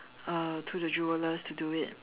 uh to the jewellers to do it